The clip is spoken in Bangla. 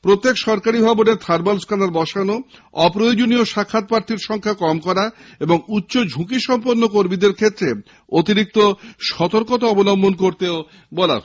প্রত্যেক সরকারী ভবনে থার্মাল স্ক্যানার বসানো অপ্রয়োজনীয় সাক্ষাত প্রার্থীদের সংখ্যা কম করা এবং উচ্চ ঝুঁকি সম্পন্ন কর্মীদের ক্ষেত্রে অতিরিক্ত সতর্কতা অবলম্বন করতে বলা হয়েছে